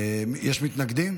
יש מתנגדים?